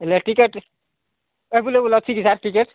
ହେଲେ ticket available ଅଛି କି ସାର୍ ଟିକେଟ୍